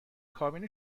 کابین